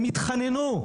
הם יתחננו,